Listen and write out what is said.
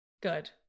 good